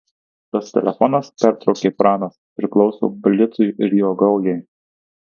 tas telefonas pertraukė pranas priklauso blicui ir jo gaujai